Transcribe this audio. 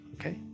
Okay